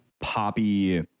poppy